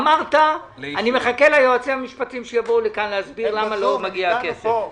אמרת: אני מחכה ליועצים המשפטיים שיבואו לכאן להסביר למה לא מגיע הכסף.